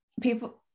People